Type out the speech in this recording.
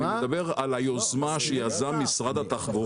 אני מדבר על היוזמה שיזם משרד התחבורה,